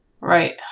Right